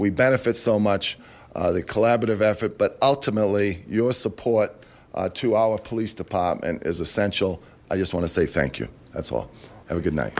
benefits so much the collaborative effort but ultimately your support to our police department is essential i just want to say thank you that's all have a good night